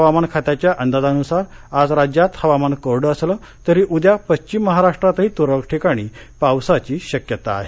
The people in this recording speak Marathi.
हवामान खात्याच्या अंदाजानुसार आज राज्यात हवामान कोरडं असलं तरी उद्या पश्चिम महाराष्ट्रातही तुरळक ठिकाणी पावसाची शक्यता आहे